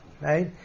right